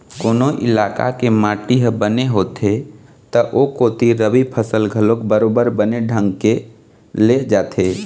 कोनो इलाका के माटी ह बने होथे त ओ कोती रबि फसल घलोक बरोबर बने ढंग के ले जाथे